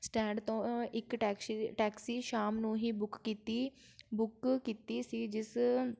stand ਤੋਂ ਇੱਕ taxi taxi ਸ਼ਾਮ ਨੂੰ ਹੀ ਬੁੱਕ ਕੀਤੀ ਬੁੱਕ ਕੀਤੀ ਸੀ ਜਿਸ